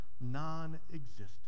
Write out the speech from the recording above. non-existent